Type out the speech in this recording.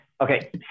Okay